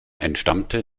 entstammte